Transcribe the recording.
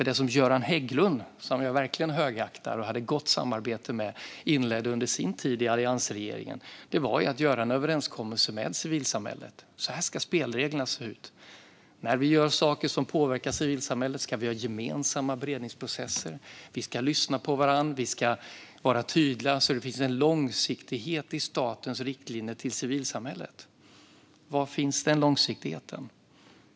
Det som Göran Hägglund, som jag verkligen högaktar och hade gott samarbete med, inledde under sin tid i alliansregeringen var att göra en överenskommelse med civilsamhället: Så här ska spelreglerna se ut. När vi gör saker som påverkar civilsamhället ska vi ha gemensamma beredningsprocesser. Vi ska lyssna på varandra. Vi ska vara tydliga så att det finns en långsiktighet i statens riktlinjer till civilsamhället. Var finns den långsiktigheten?